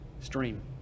stream